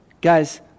Guys